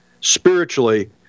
spiritually